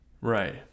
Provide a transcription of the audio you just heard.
Right